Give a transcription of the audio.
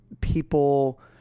people